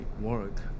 work